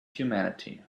humanity